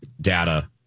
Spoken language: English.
data